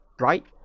right